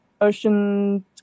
ocean